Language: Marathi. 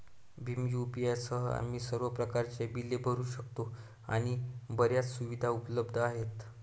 भीम यू.पी.आय सह, आम्ही सर्व प्रकारच्या बिले भरू शकतो आणि बर्याच सुविधा उपलब्ध आहेत